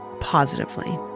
positively